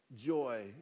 joy